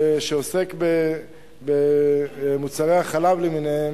שעוסק במוצרי החלב למיניהם,